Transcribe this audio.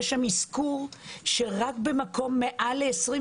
יש שם אזכור שרק במקום שיש בו מעל 25